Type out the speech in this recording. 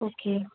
okay